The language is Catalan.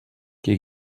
qui